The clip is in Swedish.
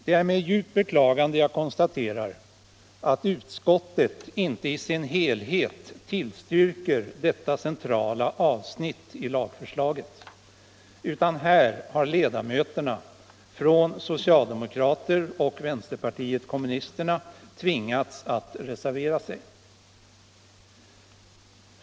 Det är med djupt beklagande jag konstaterar att utskottet inte i sin helhet tillstyrker detta centrala avsnitt i lagförslaget utan här har socialdemokraternas och vänsterpartiet kommunisternas ledamöter tvingats att reservera sig.